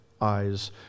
eyes